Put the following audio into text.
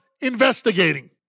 investigating